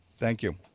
thank you.